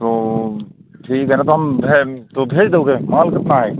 तो ठीक है ना तो हम तो भेज दोगे माल कितना है